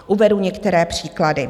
Uvedu některé příklady.